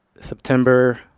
september